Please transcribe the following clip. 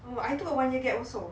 oh I took a one year gap also